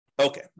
Okay